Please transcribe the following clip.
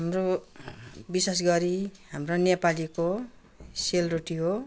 हाम्रो विशेष गरी हाम्रो नेपालीको सेलरोटी हो